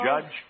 Judge